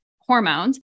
hormones